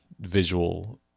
visual